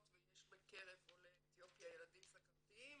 ויש בקרב עולי אתיופיה ילדים סוכרתיים,